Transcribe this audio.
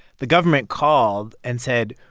the government called and said,